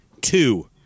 Two